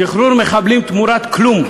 שחרור מחבלים תמורת כלום,